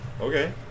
Okay